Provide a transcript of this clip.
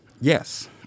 Yes